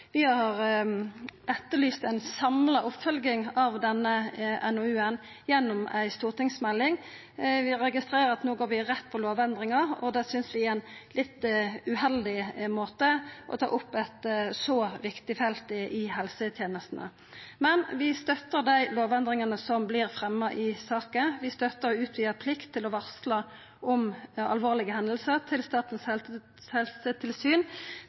Senterpartiet har etterlyst ei samla oppfølging av denne NOU-en gjennom ei stortingsmelding. Vi registrerer at vi no går rett på lovendringar. Det synest vi er ein litt uheldig måte å ta opp eit så viktig felt i helsetenestene på, men vi støttar dei lovendringane som vert fremja i saka. Vi støttar å utvida plikta til å varsla om alvorlege hendingar til Statens helsetilsyn